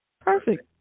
Perfect